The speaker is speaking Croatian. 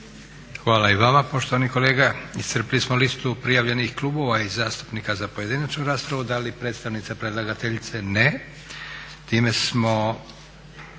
Hvala i vama poštovani kolega. Iscrpili smo listu prijavljenih klubova i zastupnika za pojedinačnu raspravu. Da li predstavnica predlagateljice? Ne.